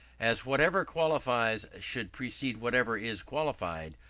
as whatever qualifies should precede whatever is qualified,